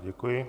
Děkuji.